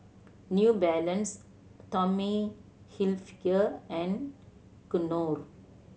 New Balance Tommy Hilfiger and Knorr